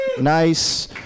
Nice